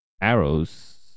Arrow's